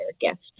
gift